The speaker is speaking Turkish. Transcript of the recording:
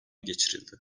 geçirildi